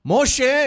Moshe